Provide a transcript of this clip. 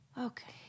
Okay